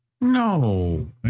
no